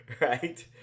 right